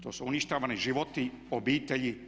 To su uništavani životi obitelji.